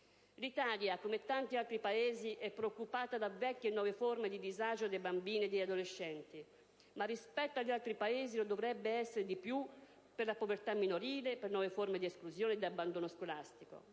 L'Italia, come tanti altri Paesi, è preoccupata da vecchie e nuove forme di disagio dei bambini e degli adolescenti, ma rispetto agli altri Paesi lo dovrebbe essere di più per la povertà minorile, per nuove forme di esclusione, di abbandono scolastico.